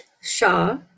Shah